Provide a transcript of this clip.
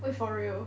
wait for real